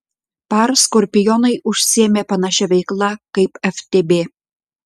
par skorpionai užsiėmė panašia veikla kaip ftb